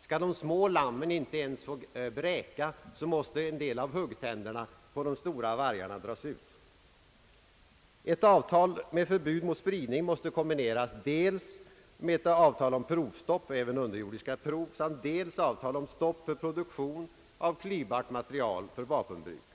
Skall de små lammen inte ens få bräka, så måste en del av huggtänderna på de stora vargarna dras ut. Ett avtal om förbud mot spridning måste kombineras dels med ett avtal om provstopp, även för underjordiska prov, och dels med ett avtal om stopp för produktion av klyvbart material för vapenbruk.